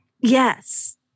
yes